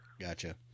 Gotcha